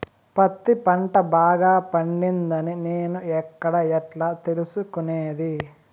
పత్తి పంట బాగా పండిందని నేను ఎక్కడ, ఎట్లా తెలుసుకునేది?